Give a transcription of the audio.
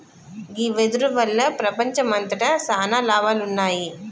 గీ వెదురు వల్ల ప్రపంచంమంతట సాన లాభాలున్నాయి